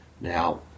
Now